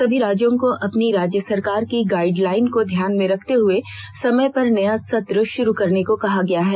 सभी राज्यों को अपनी राज्य सरकार की गाइडलाइन को ध्यान में रखते हुए समय पर नया सत्र शुरू करने को कहा गया है